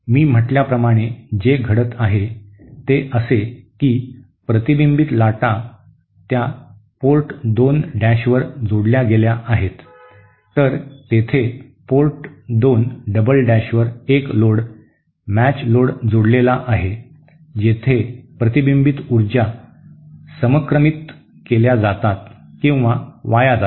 मी म्हटल्याप्रमाणे जे घडत आहे ते असे की प्रतिबिंबित लाटा त्या पोर्ट 2 डॅशवर जोडल्या गेल्या आहेत तर तेथे पोर्ट 2 डबल डॅशवर एक लोड मॅच लोड जोडलेला आहे जेथे प्रतिबिंबित ऊर्जा समक्रमित केल्या जातात किंवा वाया जातात